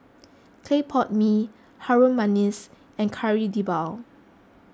Clay Pot Mee Harum Manis and Kari Debal